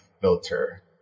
filter